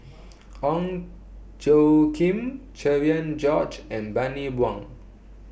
Ong Tjoe Kim Cherian George and Bani Buang